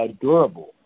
durable